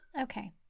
Okay